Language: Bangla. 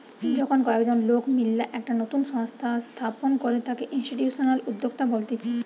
যখন কয়েকজন লোক মিললা একটা নতুন সংস্থা স্থাপন করে তাকে ইনস্টিটিউশনাল উদ্যোক্তা বলতিছে